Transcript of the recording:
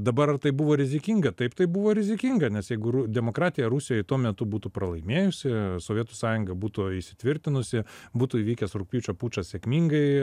dabar tai buvo rizikinga taip tai buvo rizikinga nes jeigu ru demokratija rusijoj tuo metu būtų pralaimėjusi sovietų sąjunga būtų įsitvirtinusi būtų įvykęs rugpjūčio pučas sėkmingai